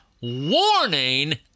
warning